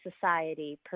society